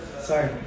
Sorry